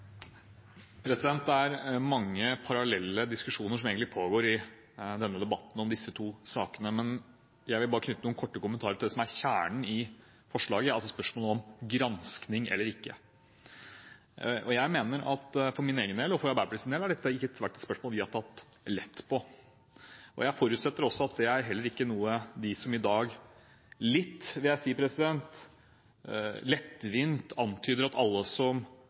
mange parallelle diskusjoner som pågår i denne debatten om disse to sakene, men jeg vil bare knytte noen korte kommentarer til det som er kjernen i forslaget, altså spørsmålet om granskning eller ikke. For min egen del, og for Arbeiderpartiets del, har dette ikke vært et spørsmål vi har tatt lett på. Jeg forutsetter at det er heller ikke noe de som i dag litt lettvint, vil jeg si, antyder, at alle som